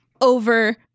over